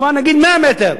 אבל נגיד 100 מטר,